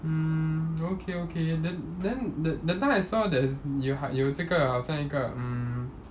mm okay okay th~ then tha~ that time I saw there's 有 ha~ 有这个好像一个 um